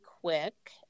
quick